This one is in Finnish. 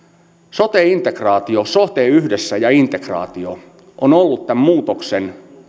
sote integraatio so te yhdessä ja integraatio on ollut tämän muutoksen